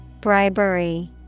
Bribery